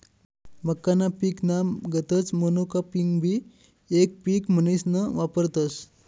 मक्काना पिकना गतच मोनोकापिंगबी येक पिक म्हनीसन वापरतस